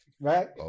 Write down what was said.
right